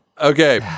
Okay